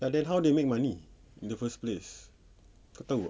but then how they make money in the first place kau tahu tak